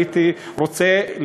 הייתי רוצה,